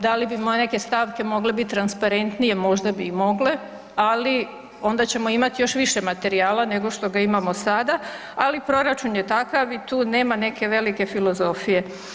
Da li bi neke stavke mogle bit transparentnije, možda bi i mogle, ali onda ćemo imat još više materijala nego što ga imamo sada, ali proračun je takav i tu nema neke velike filozofije.